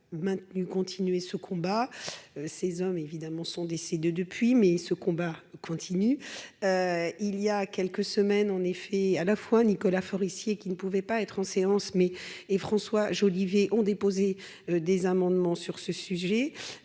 MM. les députés Nicolas Forissier, qui ne pouvait pas être en séance, et François Jolivet ont déposé des amendements à ce sujet.